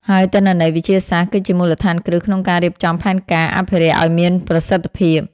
ហើយទិន្នន័យវិទ្យាសាស្ត្រគឺជាមូលដ្ឋានគ្រឹះក្នុងការរៀបចំផែនការអភិរក្សឲ្យមានប្រសិទ្ធភាព។